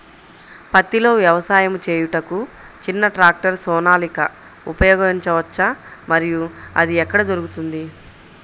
పత్తిలో వ్యవసాయము చేయుటకు చిన్న ట్రాక్టర్ సోనాలిక ఉపయోగించవచ్చా మరియు అది ఎక్కడ దొరుకుతుంది?